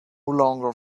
longer